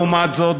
לעומת זאת,